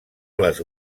les